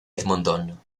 edmonton